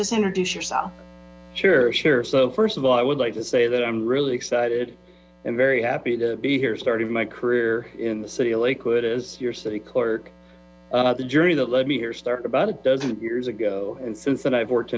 just introduce yourself sure sure so first of all i would like to say that i'm really excited and very happy to be here starting my career in the city of lakewood as your city clerk the journey that led me here started about a dozen years ago and since then i've worked